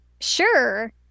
sure